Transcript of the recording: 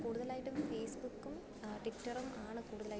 കൂടുതലായിട്ടും ഫേസ്ബുക്കും ട്വിറ്ററും ആണ് കൂടുതലായിട്ടും